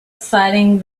exciting